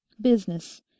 business